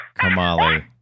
Kamali